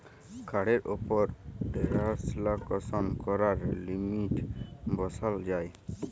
কাড়ের উপর টেরাল্সাকশন ক্যরার লিমিট বসাল যায়